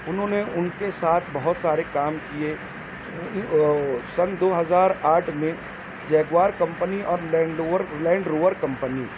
انہوں نے ان کے ساتھ بہت سارے کام کیے سن دو ہزار آٹھ میں جیگوار کمپنی اور لینڈ اوور اور لینڈ روور کمپنی